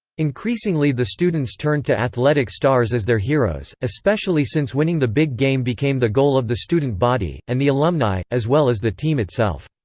increasingly the students turned to athletic stars as their heroes, especially since winning the big game became the goal of the student body, and the alumni, as well as the team itself.